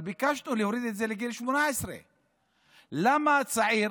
אבל ביקשנו להוריד את זה לגיל 18. למה צעיר